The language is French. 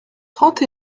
trente